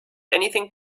anything